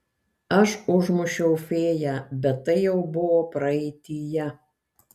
aš užmušiau fėją bet tai jau buvo praeityje